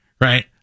Right